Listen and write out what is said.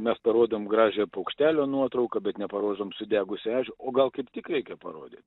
mes parodom gražią paukštelio nuotrauką bet neparodom sudegusi ežio o gal kaip tik reikia parodyt